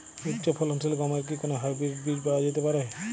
উচ্চ ফলনশীল গমের কি কোন হাইব্রীড বীজ পাওয়া যেতে পারে?